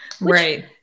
Right